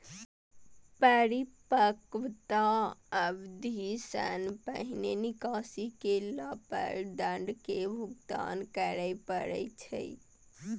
परिपक्वता अवधि सं पहिने निकासी केला पर दंड के भुगतान करय पड़ै छै